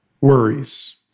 worries